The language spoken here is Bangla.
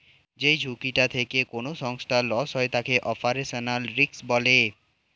যেই ঝুঁকিটা থেকে কোনো সংস্থার লস হয় তাকে অপারেশনাল রিস্ক বলে